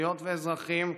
אזרחיות ואזרחים,